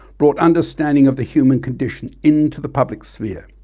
brought understanding of the human condition into the public sphere,